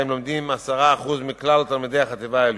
שבהם לומדים 10% מכלל תלמידי החטיבה העליונה.